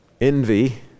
envy